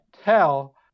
tell